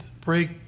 break